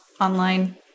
online